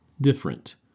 different